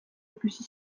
ikusi